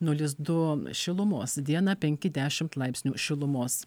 nulis du šilumos dieną penki dešimt laipsnių šilumos